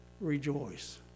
rejoice